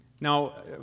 Now